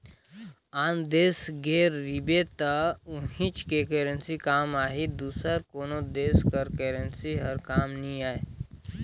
आन देस गे रहिबे त उहींच के करेंसी काम आही दूसर कोनो देस कर करेंसी हर काम नी आए